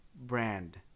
brand